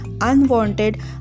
unwanted